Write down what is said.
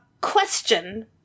question